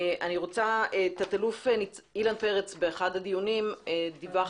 תת-ניצב אילן פרץ באחד הדיונים דיווח